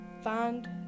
find